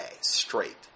straight